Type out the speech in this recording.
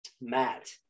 Matt